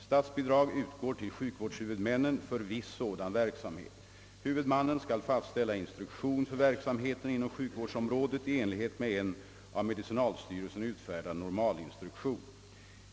Statsbidrag utgår till sjukvårdshuvudmännen för viss sådan verksamhet. Huvudmannen skall fastställa instruktion för verksamheten inom sjukvårdsområdet i enlighet med en av medicinalstyrelsen utfärdad normalinstruktion.